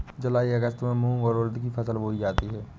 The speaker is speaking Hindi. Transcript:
जूलाई अगस्त में मूंग और उर्द की फसल बोई जाती है